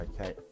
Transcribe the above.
okay